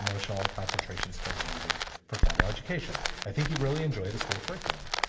emotional and concentration skills needed for formal education. i think he'd really enjoy the school curriculum.